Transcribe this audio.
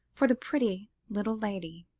for the pretty little lady.